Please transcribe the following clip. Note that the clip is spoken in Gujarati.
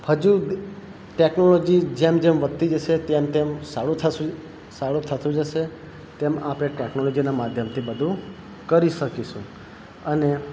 હજુ ટેકનોલોજી જેમ જેમ વધતી જશે તેમ તેમ સારું થાતું જશે તેમ આપણે ટેકનોલોજીના માધ્યમથી બધું કરી શકીશું અને